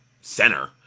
center